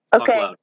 Okay